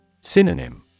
Synonym